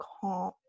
calm